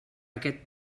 aquest